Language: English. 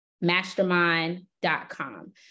mastermind.com